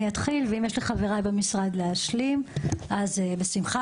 אני אתחיל, ואם יש לחבריי במשרד להשלים, בשמחה.